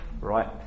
right